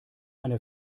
eine